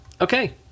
Okay